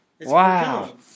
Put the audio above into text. Wow